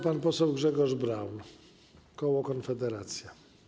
Pan poseł Grzegorz Braun, koło Konfederacja.